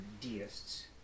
deists